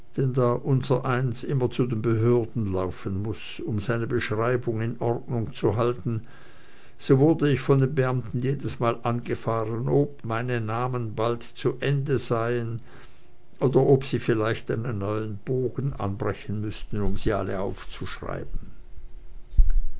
unsereins immer zu den behörden laufen muß um seine beschreibung in ordnung zu erhalten so wurde ich von den beamten jedesmal angefahren ob meine namen bald zu ende seien oder ob sie vielleicht einen neuen bogen anbrechen müßten um sie alle aufzuschreiben